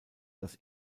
das